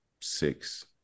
six